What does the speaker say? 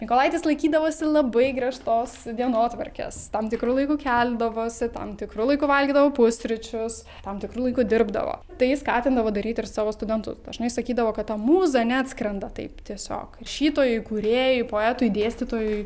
mykolaitis laikydavosi labai griežtos dienotvarkės tam tikru laiku keldavosi tam tikru laiku valgydavo pusryčius tam tikru laiku dirbdavo tai skatindavo daryti ir savo studentus dažnai sakydavo kad ta mūza neatskrenda taip tiesiog rašytojui kūrėjui poetui dėstytojui